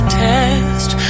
test